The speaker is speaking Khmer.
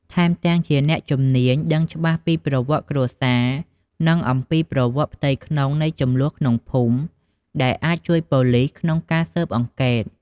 ថែមទាំងជាអ្នកជំនាញដឹងច្បាស់ពីប្រវត្តិគ្រួសារ និងអំពីប្រវត្តិផ្ទៃក្នុងនៃជម្លោះក្នុងភូមិ ដែលអាចជួយប៉ូលីសក្នុងការស៊ើបអង្កេត។